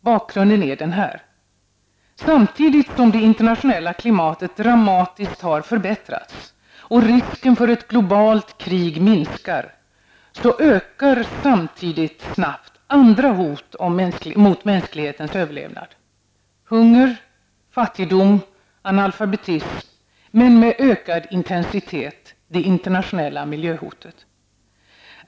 Bakgrunden är denna: Samtidigt som det internationella klimatet dramatiskt har förbättrats och risken för ett globalt krig minskar, ökar snabbt andra hot mot mänsklighetens överlevnad -- hunger, fattigdom, analfabetism och, med ökad intensitet, det internationella miljöhotet.